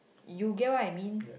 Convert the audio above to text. you get what I mean